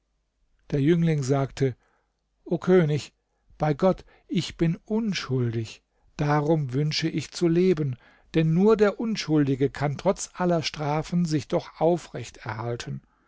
der jüngling sagte o könig bei gott ich bin unschuldig darum wünsche ich zu leben denn nur der unschuldige kann trotz aller strafen sich doch aufrecht erhalten